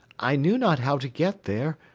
i knew not how to get there,